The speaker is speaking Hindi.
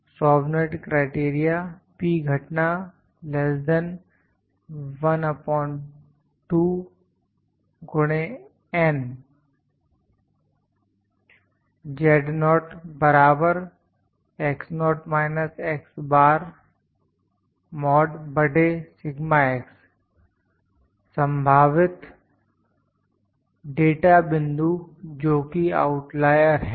Chauvenet criteria Chauvenet's criterion P घटना संभावित डाटा बिंदु जोकि आउटलायर है